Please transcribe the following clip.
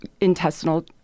intestinal